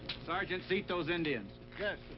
sergeant, seat those indians. yes,